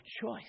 choice